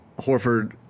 Horford